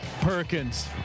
Perkins